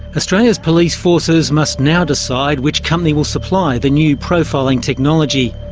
australia's police forces must now decide which company will supply the new profiling technology.